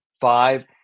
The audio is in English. five